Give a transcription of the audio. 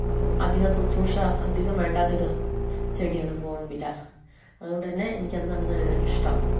അപ്പം അധികം ശുശ്രൂഷ അധികം വേണ്ടാത്തൊരു ചെടിയാണ് ബോഗൺവില്ല അതുകൊണ്ട് തന്നെ എനിക്ക് നടുന്നതിനാണ് ഇഷ്ടം